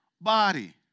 body